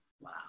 Wow